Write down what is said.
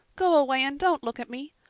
go away and don't look at me.